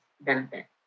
Benefit